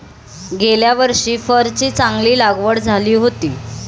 गेल्या वर्षी फरची चांगली लागवड झाली होती